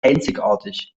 einzigartig